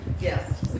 Yes